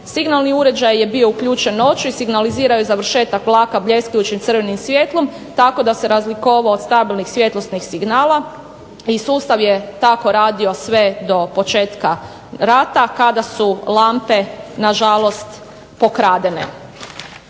Signalni uređaj je bio uključen noću i signalizirao je završetak vlaka bljeskajućim crvenim svjetlom tako da se razlikovao od stabilnih svjetlosnih signala i sustav je tako radio sve do početka rata kada su lampe nažalost pokradene.